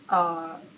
uh